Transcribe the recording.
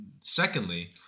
secondly